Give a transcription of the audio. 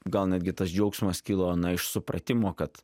gal netgi tas džiaugsmas kilo iš supratimo kad